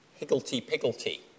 higglety-pigglety